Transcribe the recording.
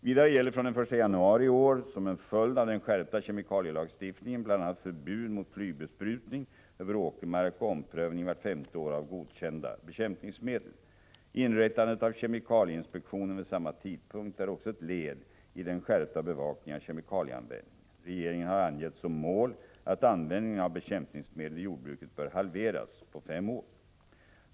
Vidare gäller från den 1 januari i år, som en följd av den skärpta kemikalielagstiftningen, bl.a. förbud mot flygbesprutning över åkermark och omprövning vart femte år av godkända bekämpningsmedel. Inrättandet av kemikalieinspektionen vid samma tidpunkt är också ett led i den skärpta bevakningen av kemikalieanvändningen. Regeringen har angett som mål att användningen av bekämpningsmedel i jordbruket bör halveras på fem år.